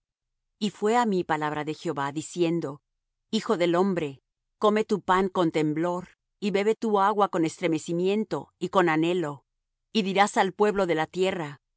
y fué á mí palabra de jehová diciendo hijo del hombre come tu pan con temblor y bebe tu agua con estremecimiento y con anhelo y dirás al pueblo de la tierra